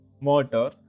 motor